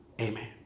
Amen